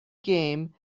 game